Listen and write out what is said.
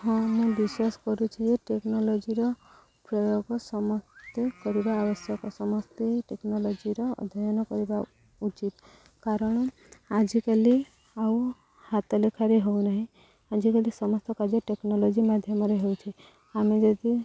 ହଁ ମୁଁ ବିଶ୍ୱାସ କରୁଛିି ଯେ ଟେକ୍ନୋଲୋଜିର ପ୍ରୟୋଗ ସମସ୍ତେ କରିବା ଆବଶ୍ୟକ ସମସ୍ତେ ଟେକ୍ନୋଲୋଜିର ଅଧ୍ୟୟନ କରିବା ଉଚିତ କାରଣ ଆଜିକାଲି ଆଉ ହାତ ଲେଖାରେ ହଉନାହିଁ ଆଜିକାଲି ସମସ୍ତ କାର୍ଯ୍ୟ ଟେକ୍ନୋଲୋଜି ମାଧ୍ୟମରେ ହେଉଛି ଆମେ ଯଦି